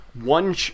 one